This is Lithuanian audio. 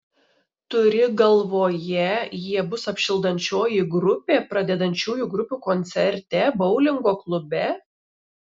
turi galvoje jie bus apšildančioji grupė pradedančiųjų grupių koncerte boulingo klube